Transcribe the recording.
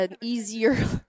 easier